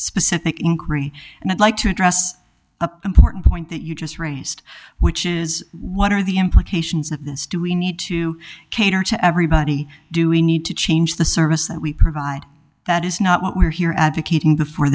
specific increase and i'd like to address important point that you just raised which is what are the implications of this do we need to cater to everybody do we need to change the service that we provide that is not what we're here advocating the for